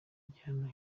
igihano